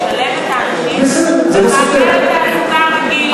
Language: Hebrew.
לשלב את האנשים במעגל התעסוקה הרגיל,